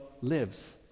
lives